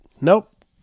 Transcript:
nope